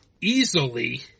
easily